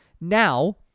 Now